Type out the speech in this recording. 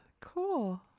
cool